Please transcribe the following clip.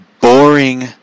boring